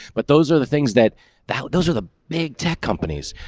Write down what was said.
but those are the things that that those are the big tech companies,